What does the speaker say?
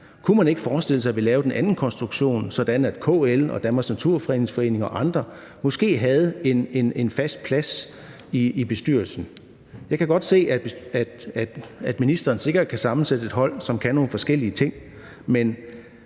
Kunne man ikke forestille sig, at vi lavede en anden konstruktion, sådan at KL og Danmarks Naturfredningsforening og andre måske havde en fast plads i bestyrelsen? Jeg kan godt se, at ministeren sikkert kan sammensætte et hold, som kan nogle forskellige ting,